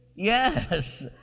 Yes